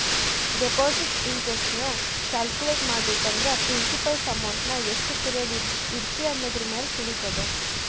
deposit interest ನ calculate ಮಾಡ್ಬೇಕಂದ್ರ principal ಅಮೌಂಟ್ನಾ ಎಷ್ಟ್ ಪಿರಿಯಡ್ ಇಡತಿ ಅನ್ನೋದರಮ್ಯಾಲೆ ತಿಳಿತದ